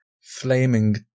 Flaming